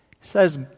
says